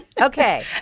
okay